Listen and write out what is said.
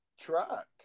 truck